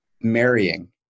Marrying